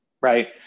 right